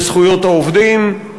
בזכויות העובדים.